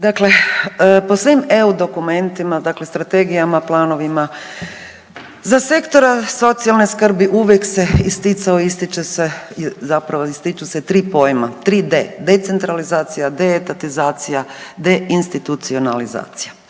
dakle po svim EU dokumentima, dakle strategijama, planovima, za sektore socijalne skrbi uvijek se isticao i ističe se, zapravo ističu se 3 pojma, 3D, decentralizacija, deetatizacija, deinstitucionalizacija.